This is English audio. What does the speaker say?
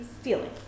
stealing